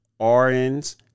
RNs